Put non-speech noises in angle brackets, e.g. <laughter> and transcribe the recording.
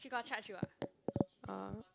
she got charge you ah <noise> orh